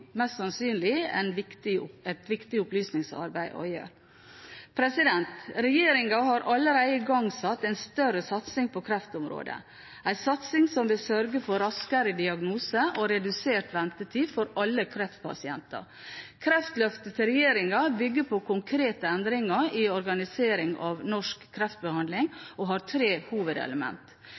mest sannsynlig et viktig opplysningsarbeid å gjøre. Regjeringen har allerede igangsatt en større satsing på kreftområdet, en satsing som vil sørge for raskere diagnose og redusert ventetid for alle kreftpasienter. Kreftløftet til regjeringen bygger på konkrete endringer i organisering av norsk